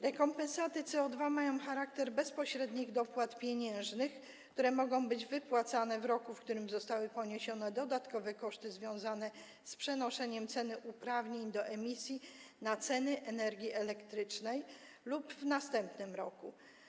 Rekompensaty dotyczące CO2 mają charakter bezpośrednich dopłat pieniężnych, które mogą być wypłacane w roku, w którym zostały poniesione dodatkowe koszty związane z przenoszeniem ceny uprawnień do emisji na ceny energii elektrycznej, lub w następnym roku.